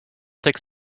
baltic